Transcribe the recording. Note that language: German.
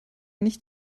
nicht